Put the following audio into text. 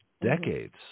decades